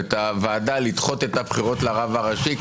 את הוועדה לדחות את הבחירות לרב הראשי,